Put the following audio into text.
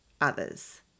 others